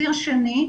ציר שני,